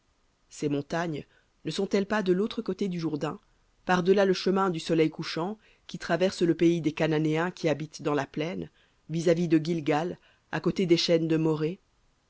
ces ne sont-elles pas de l'autre côté du jourdain par delà le chemin du soleil couchant qui traverse le pays des cananéens qui habitent dans la plaine vis-à-vis de guilgal à côté des chênes de moré